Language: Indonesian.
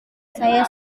saya